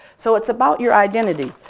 so it's about your identity.